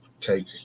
take